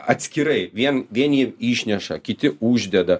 atskirai vien vieni išneša kiti uždeda